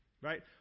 Right